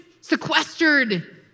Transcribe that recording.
sequestered